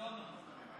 מיליונים?